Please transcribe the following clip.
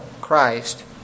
Christ